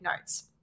notes